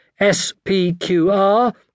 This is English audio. SPQR